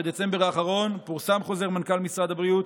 בחודש דצמבר האחרון פורסם חוזר מנכ"ל משרד הבריאות